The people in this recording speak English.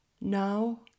now